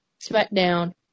smackdown